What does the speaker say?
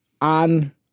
on